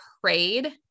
prayed